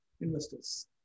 investors